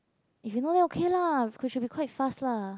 if you know okay lah because should be quite fast lah